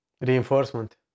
Reinforcement